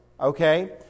Okay